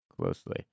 closely